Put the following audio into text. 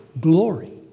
glory